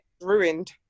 Ruined